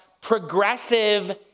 progressive